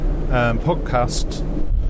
podcast